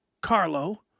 Carlo